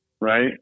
right